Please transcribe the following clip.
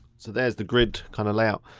so there's the grid kinda layout.